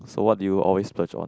so what do you always splurge on